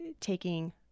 taking